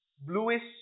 Bluish